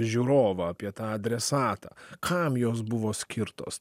žiūrovą apie tą adresatą kam jos buvo skirtos